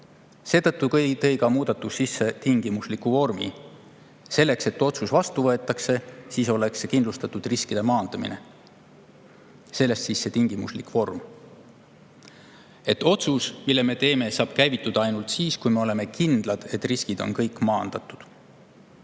Seetõttu tõi muudatus sisse tingimusliku vormi, et kui otsus vastu võetakse, siis oleks kindlustatud riskide maandamine. Sellest siis see tingimuslik vorm: et otsus, mille me teeme, saab käivituda ainult siis, kui me oleme kindlad, et kõik riskid on maandatud.